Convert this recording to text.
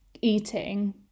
eating